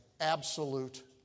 absolute